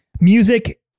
music